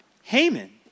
Haman